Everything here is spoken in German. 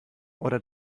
oder